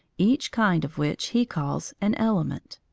each kind of which he calls an element.